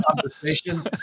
conversation